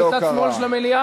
שאת חיפה ישימו ראשונה בסדר